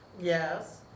Yes